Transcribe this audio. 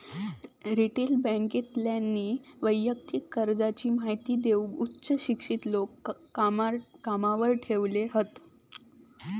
retail बॅन्केतल्यानी वैयक्तिक कर्जाची महिती देऊक उच्च शिक्षित लोक कामावर ठेवले हत